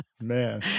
man